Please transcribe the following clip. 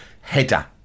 header